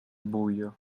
buio